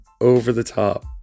over-the-top